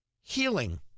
healing